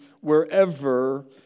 wherever